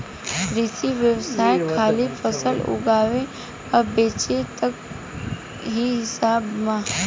कृषि व्यवसाय खाली फसल उगावे आ बेचे तक ही बा